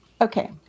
Okay